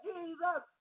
Jesus